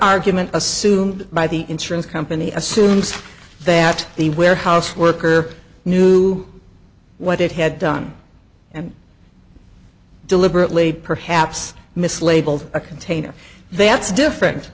argument assumed by the insurance company assumes that the warehouse worker knew what it had done and deliberately perhaps mislabeled a container that's different